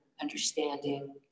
understanding